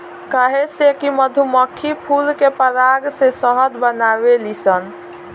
काहे से कि मधुमक्खी फूल के पराग से शहद बनावेली सन